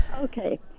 Okay